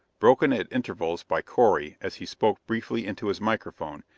broken at intervals by correy as he spoke briefly into his microphone,